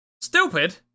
Stupid